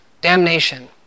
Damnation